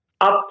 up